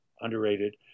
Underrated